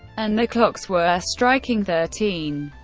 and the clocks were striking thirteen.